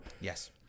Yes